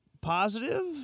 positive